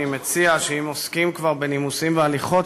אני מציע שאם עוסקים כבר בנימוסים והליכות,